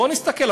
בואו נסתכל,